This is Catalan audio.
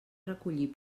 recollir